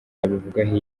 abivugaho